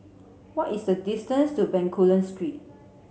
what is the distance to Bencoolen Street